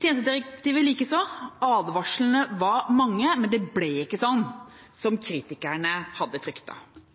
Tjenestedirektivet likeså – advarslene var mange, men det ble ikke sånn som kritikerne hadde